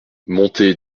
montée